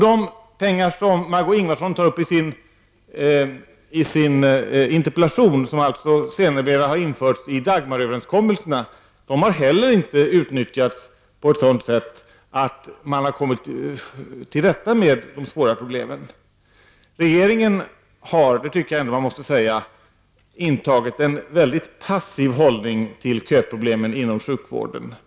De pengar som Marg6ö Ingvardsson tar upp i sin interpellation, som sedermera införts i Dagmaröverenskommelserna, har heller inte utnyttjats på ett sådant sätt att man kommit till rätta med de svåra problemen. Jag tycker man kan säga att regeringen har intagit en passiv hållning till köproblemen inom sjukvården.